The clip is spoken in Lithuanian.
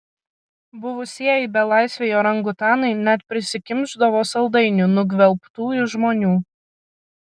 buvusieji belaisviai orangutanai net prisikimšdavo saldainių nugvelbtų iš žmonių